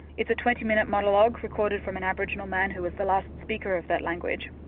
it's a twenty minute monologue recorded from an aboriginal man who was the last speaker of that language.